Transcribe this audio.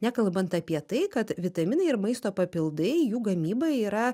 nekalbant apie tai kad vitaminai ir maisto papildai jų gamyba yra